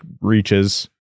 reaches